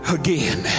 again